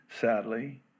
sadly